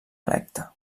electa